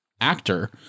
actor